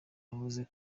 yavuze